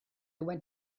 went